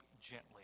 gently